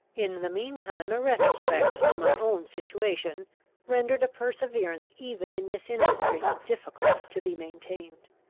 in the mean time a retrospect to my own situation rendered a perseverance even in this industry difficult to be maintained.